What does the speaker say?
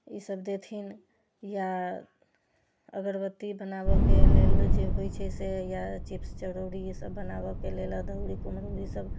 ई सभ देथिन या अगरबत्ती बनाबऽके लेल जे होइत छै से या चिप्स चरौड़ी ई सभ बनाबऽके लेल या अदौरी कुम्हरौरी ई सभ